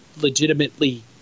legitimately